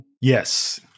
Yes